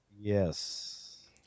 Yes